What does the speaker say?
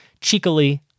cheekily